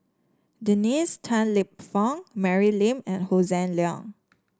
Dennis Tan Lip Fong Mary Lim and Hossan Leong